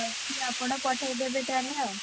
ଠିକ୍ ଅଛି ଆପଣ ପଠେଇ ଦେବେ ତା'ହେଲେ ଆଉ